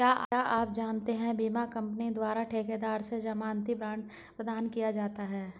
क्या आप जानते है बीमा कंपनी द्वारा ठेकेदार से ज़मानती बॉण्ड प्रदान किया जाता है?